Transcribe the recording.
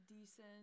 decent